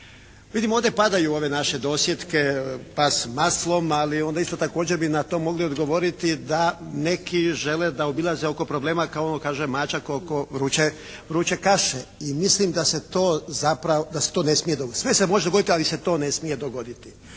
Vidim ovdje padaju ove naše dosjetke “pas maslom“, ali onda isto također bi na to mogli odgovoriti da neki žele da obilaze oko problema kao kaže “mačak oko vruće kaše“ i mislim da se to ne smije dogoditi. Sve se može dogoditi ali se to ne smije dogoditi.